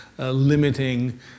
Limiting